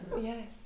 Yes